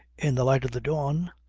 in the light of the dawn,